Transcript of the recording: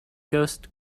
ghost